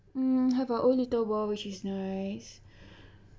mm have our own little world which is nice